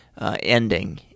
ending